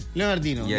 Leonardino